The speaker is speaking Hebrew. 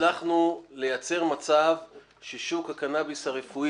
הצלחנו לייצר מצב ששוק הקנביס הרפואי